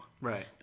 Right